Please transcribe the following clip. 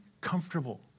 comfortable